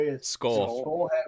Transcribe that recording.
Skull